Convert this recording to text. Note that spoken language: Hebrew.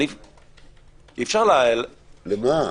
אפשר --- למה?